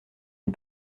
une